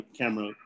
camera